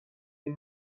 این